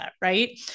right